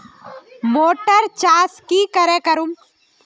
Motor चास की करे करूम?